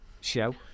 show